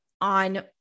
on